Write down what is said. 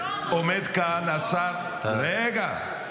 רגע.